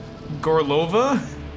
Gorlova